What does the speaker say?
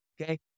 Okay